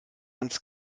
ans